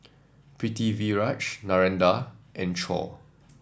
Pritiviraj Narendra and Choor